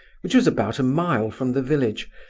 which was about a mile from the village,